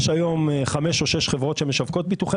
יש היום חמש או שש חברות שמשווקות ביטוחי